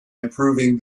improving